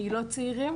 קהילות צעירים.